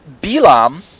Bilam